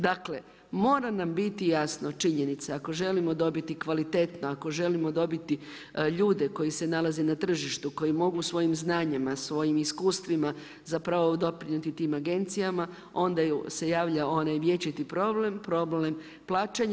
Dakle, mora nam biti jasno činjenica, ako želimo dobiti kvalitetno, ako želimo dobiti ljude koji se nalaze na tržištu, koji mogu svojim znanjima, svojim iskustvima zapravo doprinijeti tim agencijama onda se javlja onaj vječiti problem, problem plaćanja.